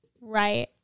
Right